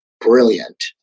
brilliant